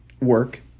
work